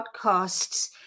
podcasts